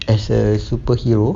as a superhero